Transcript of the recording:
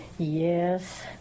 Yes